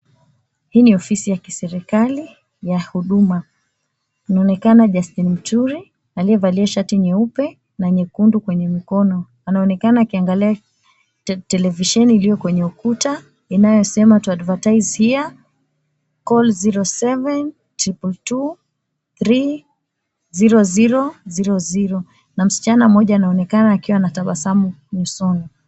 Hii ni ofisi ya kiserikali ya huduma, inaonekana Justin Muturi, aliyevalia shati nyeupe na nyekundu kwenye mikono. Anaonekana akiangalia televisheni iliyo kwenye ukuta, inayosema, "To Advertise Here, Call 072223 0000". Na msichana mmoja anaonekana akiwa anatabasamu usoni.